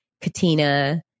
Katina